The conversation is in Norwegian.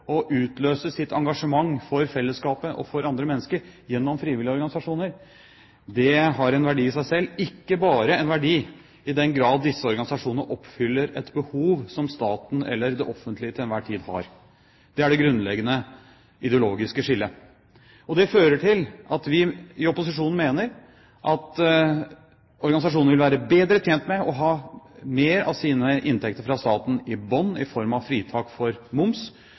utløse sitt engasjement for fellesskapet og for andre mennesker gjennom frivillige organisasjoner, har en verdi i seg selv – ikke bare en verdi i den grad disse organisasjonene oppfyller et behov som staten eller det offentlige til enhver tid har. Det er det grunnleggende ideologiske skillet. Det fører til at vi i opposisjonen mener at organisasjonene vil være bedre tjent med å ha mer av sine inntekter fra staten i bunn i form av fritak for moms